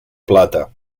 plata